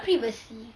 privacy